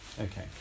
okay